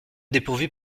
dépourvu